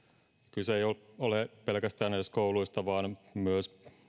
kyse ei ole edes pelkästään kouluista vaan myös